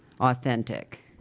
authentic